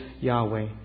Yahweh